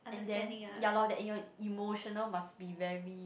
and then ya loh that your emotional must be very